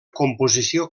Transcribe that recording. composició